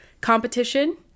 competition